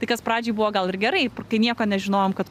tai kas pradžioj buvo gal ir gerai kai nieko nežinojom kad